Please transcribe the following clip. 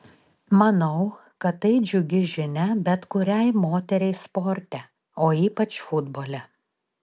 manau kad tai džiugi žinia bet kuriai moteriai sporte o ypač futbole